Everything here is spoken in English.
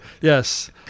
Yes